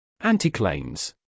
Anti-claims